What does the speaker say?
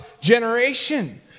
generation